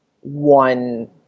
one